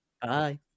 Bye